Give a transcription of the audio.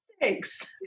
Thanks